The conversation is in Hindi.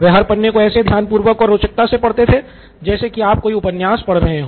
वह हर पन्ने को ऐसे ध्यान पूर्वक और रोचकता से पढ़ते थे जैसे कि आप कोई उपन्यास पढ़ रहे हो